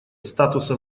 статуса